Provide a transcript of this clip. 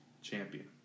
Champion